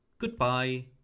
goodbye